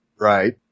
Right